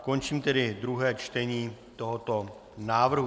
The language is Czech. Končím tedy druhé čtení tohoto návrhu.